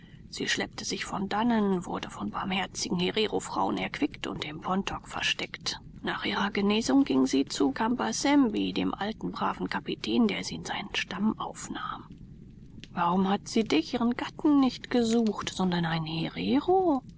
sie schleppte sich von dannen wurde von barmherzigen hererofrauen erquickt und im pontok versteckt nach ihrer genesung ging sie zu kambasembi dem alten braven kapitän der sie in seinen stamm aufnahm warum hat sie dich ihren gatten nicht gesucht sondern einen herero